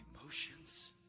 emotions